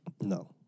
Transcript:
No